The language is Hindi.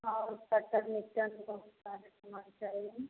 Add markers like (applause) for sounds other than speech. और कटर (unintelligible) बहुत सारे समान चाहिए